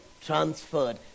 transferred